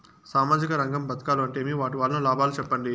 సామాజిక రంగం పథకాలు అంటే ఏమి? వాటి వలన లాభాలు సెప్పండి?